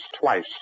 twice